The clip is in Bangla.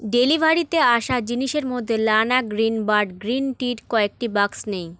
ডেলিভারিতে আসা জিনিসের মধ্যে লানা গ্রিনবার্ড গ্রিন টির কয়েকটি বাক্স নেই